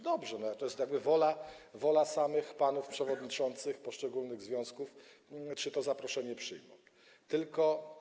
Dobrze, ale to jest jakby wola samych panów przewodniczących poszczególnych związków, czy to zaproszenie przyjmą.